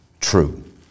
true